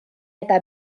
eta